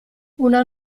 una